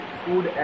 food